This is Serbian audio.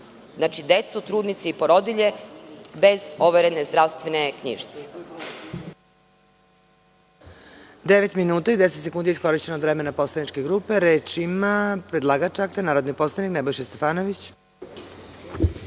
vrate decu, trudnice i porodilje bez overene zdravstvene knjižice?